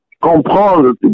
comprendre